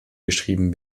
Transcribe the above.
geschrieben